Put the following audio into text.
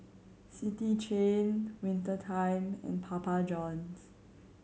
City Chain Winter Time and Papa Johns